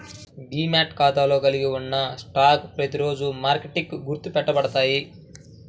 demat ఖాతాలో కలిగి ఉన్న స్టాక్లు ప్రతిరోజూ మార్కెట్కి గుర్తు పెట్టబడతాయి